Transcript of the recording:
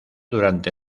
durante